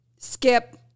Skip